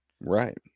Right